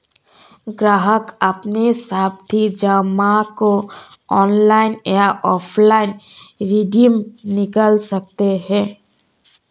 ग्राहक अपनी सावधि जमा को ऑनलाइन या ऑफलाइन रिडीम निकाल सकते है